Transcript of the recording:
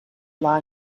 law